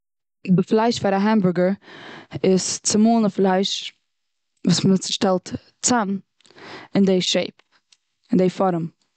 די פלייש פאר א האמבורגער איז צומאלענע פלייש וואס מ'צושטעלט צוזאם און די שעיפ, און די פארעם.